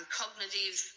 cognitive